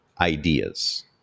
ideas